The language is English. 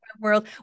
world